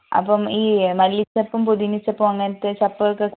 അപ്പം ഈ മല്ലി ചെപ്പും പുതിന ചെപ്പും അങ്ങനെത്തെ ചെപ്പുമൊക്കെ